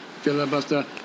Filibuster